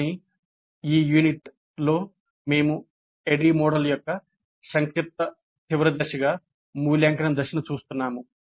కానీ ఈ యూనిట్లో మేము ADDIE మోడల్ యొక్క సంక్షిప్త చివరి దశగా మూల్యాంకనం దశను చూస్తున్నాము